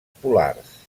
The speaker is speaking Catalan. polars